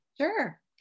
Sure